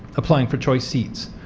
applying for choice seats.